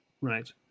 Right